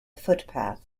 footpath